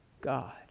God